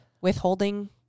withholding